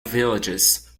villages